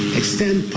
extend